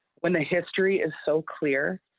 when the history is so clear.